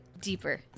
deeper